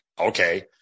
okay